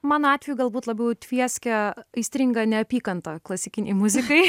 mano atveju galbūt labiau tvieskė aistringa neapykanta klasikinei muzikai